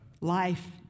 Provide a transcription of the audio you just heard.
life